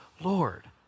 Lord